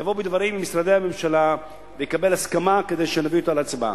יבוא בדברים עם משרדי הממשלה ויקבל הסכמה כדי שנביא אותה להצבעה.